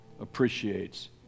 appreciates